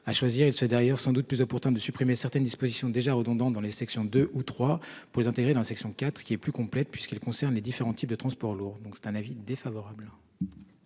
à choisir il se d'ailleurs sans doute plus opportun de supprimer certaines dispositions déjà redondant dans les sections deux ou trois pour les intégrer dans la section IV qui est plus complète puisqu'elle concerne les différents types de transport lourd, donc c'est un avis défavorable.--